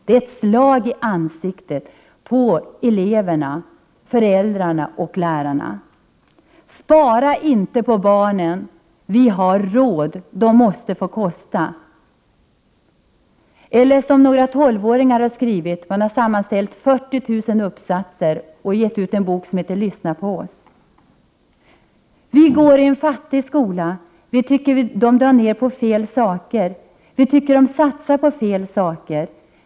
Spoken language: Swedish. Det är ett slag i ansiktet på eleverna, föräldrarna och lärarna. Spara inte på barnen — de måste få kosta! Vi har råd! Eller, som några 12-åringar säger i en bok som heter Lyssna på oss, där 40 000 uppsatser sammanställts: ”Vi går i en fattig skola. Vi tycker dom drar ner på fel saker. Vi tycker dom satsar på fel saker.